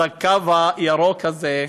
אז הקו הירוק הזה,